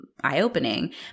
eye-opening